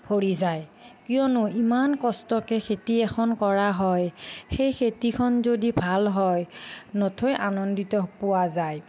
পৰি যায় কিয়নো ইমান কষ্টকে খেতি এখন কৰা হয় সেই খেতিখন যদি ভাল হয় নথৈ আনন্দিত পোৱা যায়